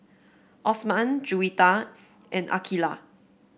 Osman Juwita and Aqilah